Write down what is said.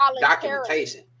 documentation